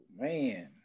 man